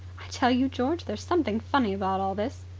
i tell you, george, there's something funny about all this.